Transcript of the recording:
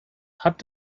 hat